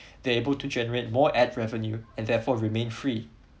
they're able to generate more ad revenue and therefore remain free